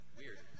weird